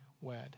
wed